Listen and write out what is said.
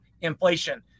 inflation